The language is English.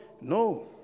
No